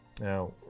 Now